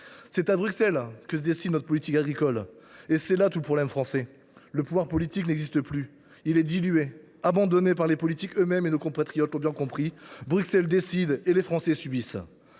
C’est à Bruxelles que se décide notre politique agricole. C’est bien là que réside tout le problème français : le pouvoir politique n’existe plus ; il est dilué, abandonné par les politiques eux mêmes. Nos compatriotes l’ont bien compris : Bruxelles décide et les Français subissent.